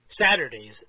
Saturdays